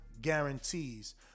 guarantees